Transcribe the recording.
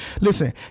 Listen